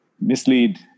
mislead